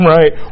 Right